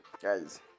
Guys